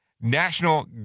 National